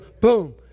boom